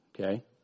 okay